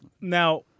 Now